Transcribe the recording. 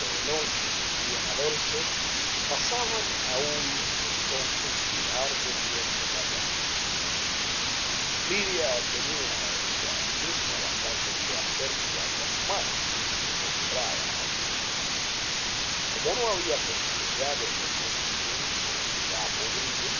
de noche volvían a verse pasaban aún entonces largo tiempo callados lidia tenía ella misma bastante qué hacer cuidando a su madre postrada al fin como no había posibilidad de reconstruir lo ya podrido